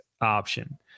option